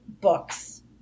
books